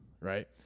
right